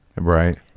Right